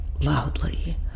loudly